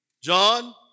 John